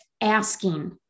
asking